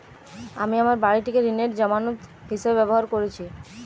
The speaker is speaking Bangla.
আমি আমার বাড়িটিকে ঋণের জামানত হিসাবে ব্যবহার করেছি